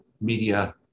media